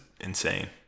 insane